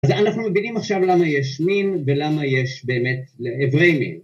אז איפה אנחנו מבינים עכשיו למה יש מין ולמה יש באמת עברי מין?